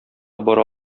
бара